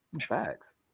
Facts